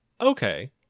okay